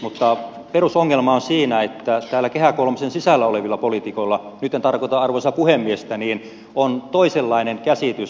mutta perusongelma on siinä että täällä kehä kolmosen sisällä olevilla poliitikoilla nyt en tarkoita arvoisaa puhemiestä on toisenlainen käsitys